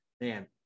Man